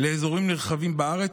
לאזורים נרחבים בארץ,